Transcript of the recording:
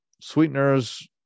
sweeteners